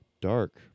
Dark